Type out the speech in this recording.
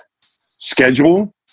schedule